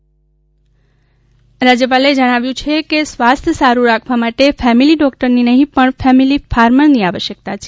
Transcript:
રાજયપાલ રાજ્યપાલે જણાવ્યું છે કે સ્વાસ્થ્ય સારૃં રાખવા માટે ફેમિલી ડોકટરની નહીં પણ ફેમિલી ફાર્મરની આવશયકતા છે